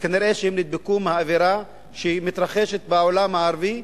כנראה הם נדבקו מהאווירה שמתרחשת בעולם הערבי,